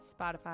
Spotify